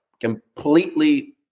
completely